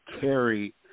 carry